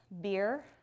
beer